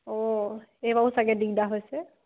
অঁ এইবাৰও চাগে দিগদাৰ হৈছে